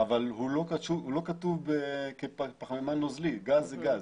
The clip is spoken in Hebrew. אבל הוא לא כתוב כפחמימן נוזלי, גז זה גז,